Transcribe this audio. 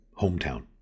hometown